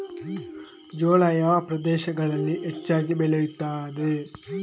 ಜೋಳ ಯಾವ ಪ್ರದೇಶಗಳಲ್ಲಿ ಹೆಚ್ಚಾಗಿ ಬೆಳೆಯುತ್ತದೆ?